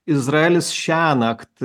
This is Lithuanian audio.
izraelis šiąnakt